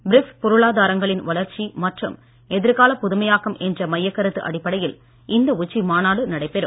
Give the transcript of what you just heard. BRICS பொருளாதாரங்களின் வளர்ச்சி மற்றும் எதிர்கால புதுமையாக்கம் என்ற மையக்கருத்து அடிப்படையில் இந்த உச்சி மாநாடு நடைபெறும்